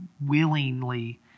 willingly